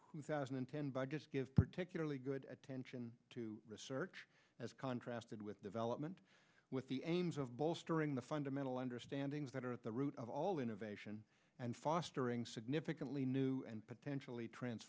two thousand and ten by just give particularly good at tention to research as contrast it with development with the aims of bolstering the fundamental understanding is better at the root of all innovation and fostering significantly new and potentially tr